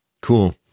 Cool